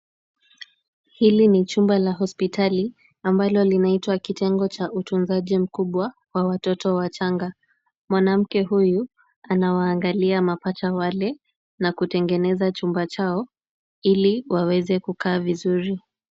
Hili ni chumba la hospitali ambalo linaitwa kitengo cha utunzaji mkubwa wa watoto wachanga. Mwanamke huyu anawaangalia mapacha wale na kutengeneza chumba chao ili waweze kukaa vizuri.